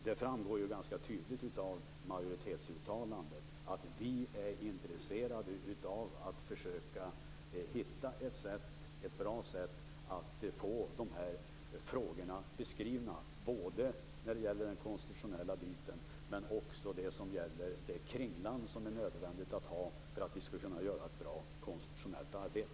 Det framgår ganska tydligt av majoritetsuttalandet att vi är intresserade av att försöka hitta ett bra sätt att få de här frågorna beskrivna både konstitutionellt och i det kringland som det är nödvändigt att gå in på vid utförandet av ett bra konstitutionellt arbete.